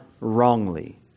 wrongly